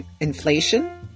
inflation